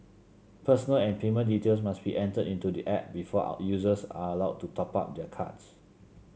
personal and payment details must be entered into the app before users are allowed to top up their cards